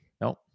no